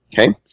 Okay